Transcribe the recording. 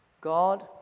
God